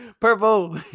Purple